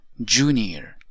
junior